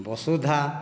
Basudha